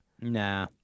Nah